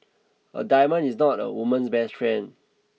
a diamond is not a woman's best friend